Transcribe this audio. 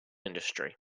industry